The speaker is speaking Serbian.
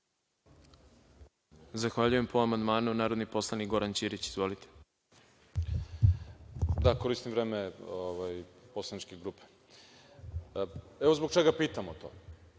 Zahvaljujem. Po amandmanu narodni poslanik Goran Ćirić. Izvolite. **Goran Ćirić** Koristim vreme poslaničke grupe. Evo zbog čega pitamo to.